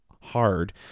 hard